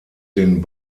den